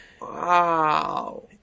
Wow